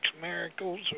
miracles